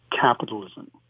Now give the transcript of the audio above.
capitalism